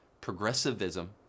Progressivism